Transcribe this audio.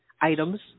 items